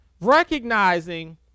Recognizing